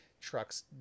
trucks